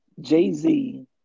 Jay-Z